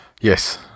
Yes